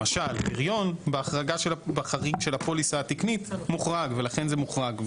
למשל פריון בחריג של הפוליסה התקנית מוחרג ולכן זה מוחרג.